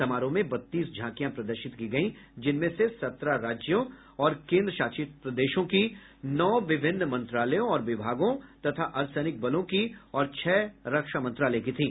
समारोह में बत्तीस झांकियां प्रदर्शित की गई जिनमें से सत्रह राज्यों और केंद्र शासित प्रदेशों की नौ विभिन्न मंत्रालयों और विभागों तथा अर्धसैनिक बलों की और छह रक्षामंत्रालय की थीं